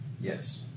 Yes